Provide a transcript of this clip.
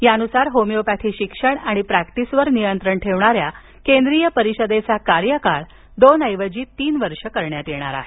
यानुसार होमिओपॅथी शिक्षण आणि प्रॅक्टिसवर नियंत्रण ठेवणाऱ्या केंद्रीय परिषदेचा कार्यकाळ दोन ऐवजी तीन वर्षे करण्यात येणार आहे